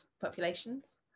populations